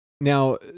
Now